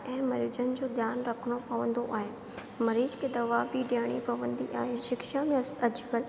ऐं मरीजनि जो ध्यानु रखणो पवंदो आहे मरीज खे दवा बि ॾियणी पवंदी आहे शिक्षा में अॼु कल्ह